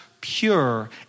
pure